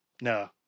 no